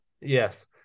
yes